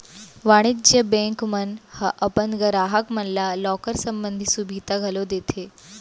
वाणिज्य बेंक मन ह अपन गराहक मन ल लॉकर संबंधी सुभीता घलौ देथे